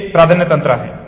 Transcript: हे प्राधान्य तंत्र आहे